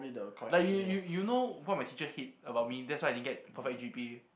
like you you you know what my teacher hate about me that's why I didn't get perfect G_P_A